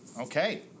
Okay